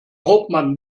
hauptmann